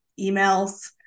emails